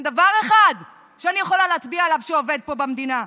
אין דבר אחד שאני יכולה להצביע עליו שעובד פה במדינה,